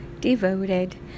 Devoted